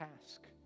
task